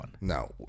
No